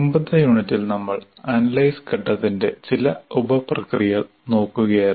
മുമ്പത്തെ യൂണിറ്റിൽ നമ്മൾ അനലൈസ് ഘട്ടത്തിന്റെ ചില ഉപപ്രക്രിയകൾ നോക്കുകയായിരുന്നു